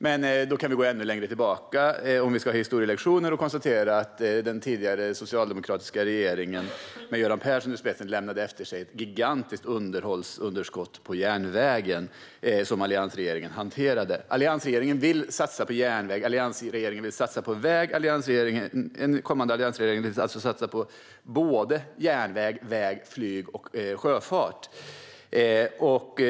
Men om vi ska ha historielektioner kan vi gå ännu längre tillbaka och konstatera att den tidigare socialdemokratiska regeringen, med Göran Persson i spetsen, lämnade efter sig ett gigantiskt underhållsunderskott i fråga om järnvägen som alliansregeringen hanterade. Alliansen vill satsa på järnväg. Alliansen vill satsa på väg. En kommande alliansregering vill alltså satsa på järnväg, väg, flyg och sjöfart.